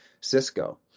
Cisco